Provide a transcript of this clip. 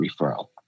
referral